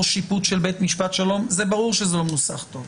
שיפוט של בית משפט שלום זה ברור שזה לא מנוסח טוב.